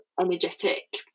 energetic